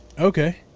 Okay